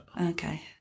Okay